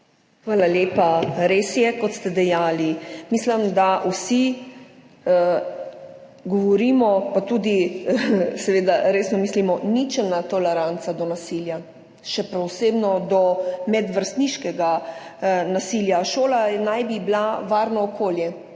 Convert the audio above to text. Hvala lepa. Res je, kot ste dejali. Mislim, da vsi govorimo, pa seveda tudi resno mislimo, ničelna toleranca do nasilja, še posebej do medvrstniškega nasilja. Šola naj bi bila varno okolje,